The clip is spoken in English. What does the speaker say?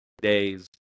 days